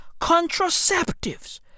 contraceptives